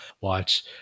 watch